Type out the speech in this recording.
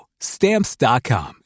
Stamps.com